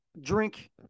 drink